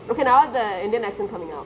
okay now the indian accent coming out